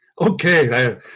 okay